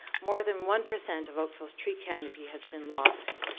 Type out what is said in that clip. more than one percent of oakville's tree canopy has been lost.